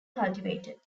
cultivated